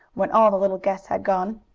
when all the little guests had gone.